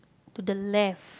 to the left